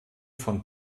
von